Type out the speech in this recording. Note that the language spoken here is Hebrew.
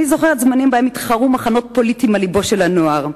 היו זמנים שבהם התחרו מחנות פוליטיים על לבו של הנוער.